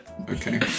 Okay